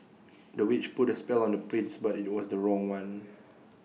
the witch put A spell on the prince but IT was the wrong one